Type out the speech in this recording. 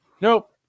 Nope